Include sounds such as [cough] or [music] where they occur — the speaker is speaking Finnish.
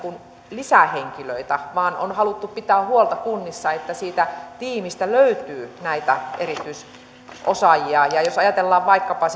lisähenkilöitä vaan kunnissa on haluttu pitää huolta että tiimistä löytyy näitä erityisosaajia jos ajatellaan vaikkapa [unintelligible]